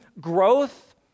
growth